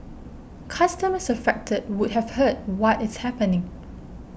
customers affected would have heard what is happening